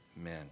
men